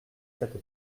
cette